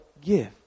give